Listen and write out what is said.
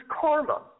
karma